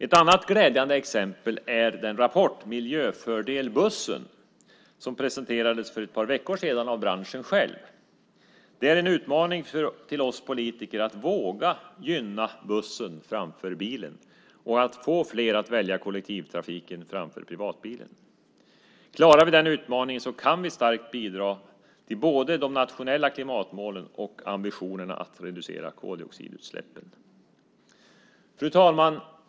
Ett annat glädjande exempel är den rapport, Miljöfördel bussen , som presenterades för ett par veckor sedan av branschen. Det är en utmaning till oss politiker att våga gynna bussen framför bilen och få fler att välja kollektivtrafiken framför privatbilen. Klarar vi den utmaningen kan vi starkt bidra till både de nationella klimatmålen och ambitionerna att reducera koldioxidutsläppen. Fru talman!